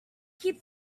keep